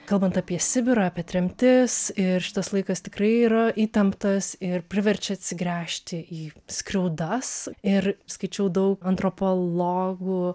kalbant apie sibirą tremtis ir šitas laikas tikrai yra įtemptas ir priverčia atsigręžti į skriaudas ir skaičiau daug antropologų